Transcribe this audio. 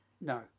No